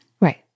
Right